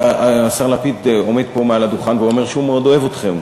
השר לפיד עומד פה על הדוכן ואומר שהוא מאוד אוהב אתכם,